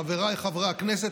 חבריי חברי הכנסת,